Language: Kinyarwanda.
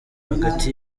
hagati